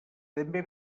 també